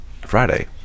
Friday